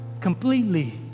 completely